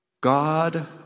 God